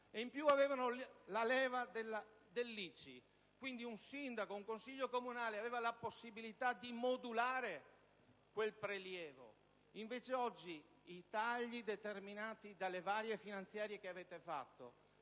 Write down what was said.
anche sulla leva dell'ICI; quindi, un sindaco, un consiglio comunale avevano la possibilità di modulare quel prelievo. Oggi, i tagli determinati dalle varie finanziarie che avete